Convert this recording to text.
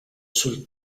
sul